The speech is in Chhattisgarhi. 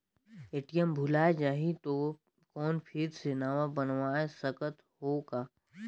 ए.टी.एम भुलाये जाही तो कौन फिर से नवा बनवाय सकत हो का?